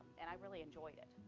and i really enjoy it.